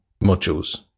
modules